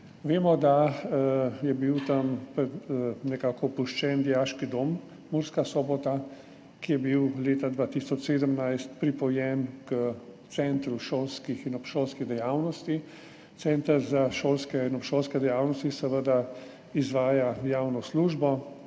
Vemo, da je bil tam nekako opuščen dijaški dom Murska Sobota, ki je bil leta 2017 pripojen k centru šolskih in obšolskih dejavnosti. Center za šolske in obšolske dejavnosti seveda izvaja javno službo.